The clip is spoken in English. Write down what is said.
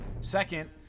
Second